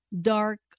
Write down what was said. dark